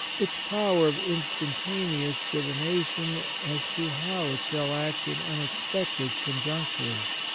its power of instan taneous divination as to how it shall act in unexpected conjunctures,